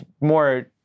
more